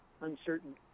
uncertain